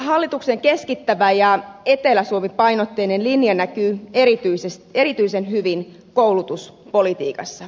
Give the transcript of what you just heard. hallituksen keskittävä ja etelä suomi painotteinen linja näkyy erityisen hyvin koulutuspolitiikassa